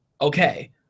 Okay